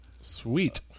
Sweet